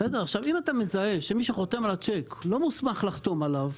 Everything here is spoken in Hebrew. אם אתה מזהה שמי שחותם על הצ'ק לא מוסמך לחתום עליו,